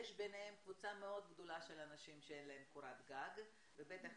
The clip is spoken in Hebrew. יש ביניהם קבוצה מאוד גדולה של אנשים שאין להם קורת גג ובטח